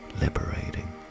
liberating